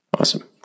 Awesome